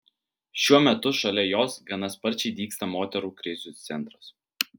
šiuo metu šalia jos gana sparčiai dygsta moterų krizių centras